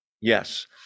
Yes